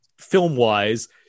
film-wise